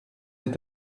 est